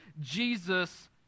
Jesus